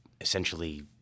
essentially